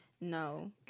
No